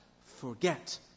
forget